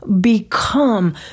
become